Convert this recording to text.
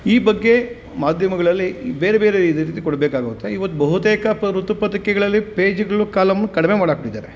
ಈ ಬಗ್ಗೆ ಮಾಧ್ಯಮಗಳಲ್ಲಿ ಬೇರೆ ಬೇರೆ ಇದೇ ರೀತಿ ಕೊಡಬೇಕಾಗುತ್ತೆ ಇವತ್ತು ಬಹುತೇಕ ಪ ವೃತ್ತಪತ್ರಿಕೆಗಳಲ್ಲಿ ಪೇಜ್ಗಳು ಕಾಲಮ್ಮು ಕಡಿಮೆ ಮಾಡಾಕ್ಬಿಟಿದಾರೆ